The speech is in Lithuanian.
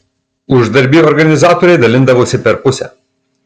uždarbį organizatoriai dalindavosi per pusę